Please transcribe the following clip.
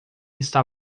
está